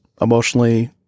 emotionally